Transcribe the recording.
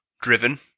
Driven